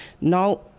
Now